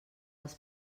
dels